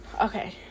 Okay